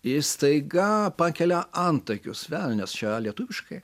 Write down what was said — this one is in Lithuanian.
ir staiga pakelia antakius velnias čia lietuviškai